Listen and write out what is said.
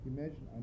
Imagine